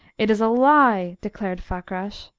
it is a lie, declared fakrash.